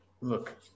Look